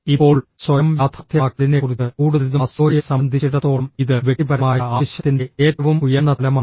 ഇപ്പോൾ സ്വയം യാഥാർത്ഥ്യമാക്കലിനെക്കുറിച്ച് കൂടുതൽഃ മാസ്ലോയെ സംബന്ധിച്ചിടത്തോളം ഇത് വ്യക്തിപരമായ ആവശ്യത്തിന്റെ ഏറ്റവും ഉയർന്ന തലമാണ്